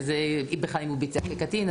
ואם בכלל הוא ביצע כקטין.